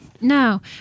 No